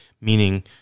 meaning